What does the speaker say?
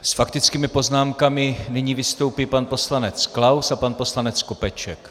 S faktickými poznámkami nyní vystoupí pan poslanec Klaus a pan poslanec Skopeček.